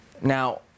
Now